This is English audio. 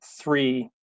three